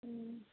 ம் ம்